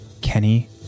Kenny